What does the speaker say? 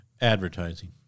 Advertising